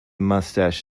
mustache